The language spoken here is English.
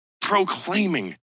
proclaiming